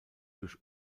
durch